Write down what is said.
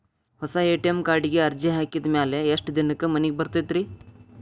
ಹೊಸಾ ಎ.ಟಿ.ಎಂ ಕಾರ್ಡಿಗೆ ಅರ್ಜಿ ಹಾಕಿದ್ ಮ್ಯಾಲೆ ಎಷ್ಟ ದಿನಕ್ಕ್ ಮನಿಗೆ ಬರತೈತ್ರಿ?